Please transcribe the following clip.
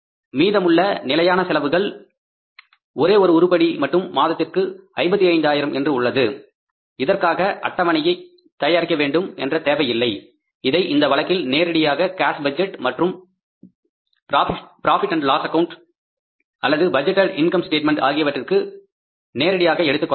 மீதமுள்ளவை நிலையான செலவுகள் ஒரே ஒரு உருப்படி மட்டும் மாதத்திற்கு 55 ஆயிரம் என்று உள்ளது இதற்காக அட்டவணையை தயாரிக்க வேண்டும் என்ற தேவை இல்லை இதை இந்த வழக்கில் நேரடியாக காஸ் பட்ஜெட் மற்றும் ப்ராபிட் அண்ட் லாஸ் ஆக்கவுண்ட் அல்லது பட்ஜெட்டேட் இன்கம் ஸ்டேட்மெண்ட் ஆகியவற்றிற்கு நேரடியாக எடுத்துக்கொள்ளலாம்